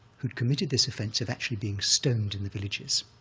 who'd committed this offense of actually being stoned in the villages.